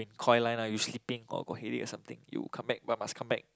coy line ah you sleeping or got headache or something you come back but must come back